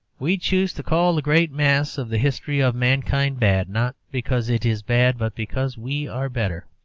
we choose to call the great mass of the history of mankind bad, not because it is bad, but because we are better.